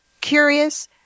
curious